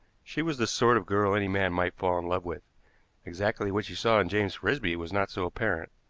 she was the sort of girl any man might fall in love with exactly what she saw in james frisby was not so apparent.